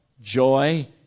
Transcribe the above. joy